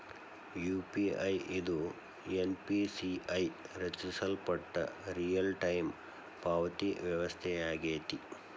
UPI ಇದು NPCI ರಚಿಸಲ್ಪಟ್ಟ real time ಪಾವತಿ ವ್ಯವಸ್ಥೆಯಾಗೆತಿ